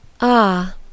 Ah